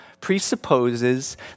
presupposes